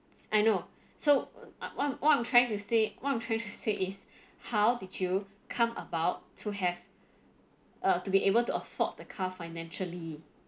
I know so I what I'm what I'm trying to say what I'm trying to say is how did you come about to have uh to be able to afford the car financially